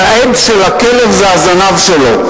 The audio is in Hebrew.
העד של הכלב זה הזנב שלו.